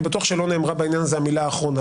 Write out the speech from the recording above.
בטוח שלא נאמרה בעניין הזה המילה האחרונה.